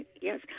yes